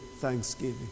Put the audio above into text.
thanksgiving